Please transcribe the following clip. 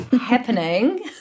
happening